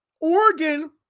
Oregon